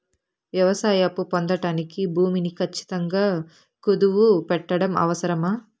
వ్యవసాయ అప్పు పొందడానికి భూమిని ఖచ్చితంగా కుదువు పెట్టడం అవసరమా?